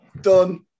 done